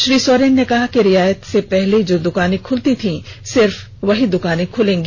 श्री सोरेन ने कहा कि रियायत से पहले जो दुकाने खुलती थी सिर्फ वहीं दुकाने खूलेंगी